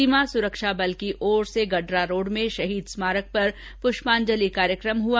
सीमा सुरक्षा बल की ओर से गडरारोड़ में शहीद स्मारक पर पुष्पांजलि कार्यक्रम हुआ